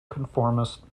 conformist